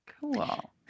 Cool